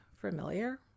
familiar